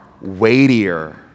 weightier